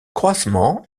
croisement